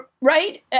Right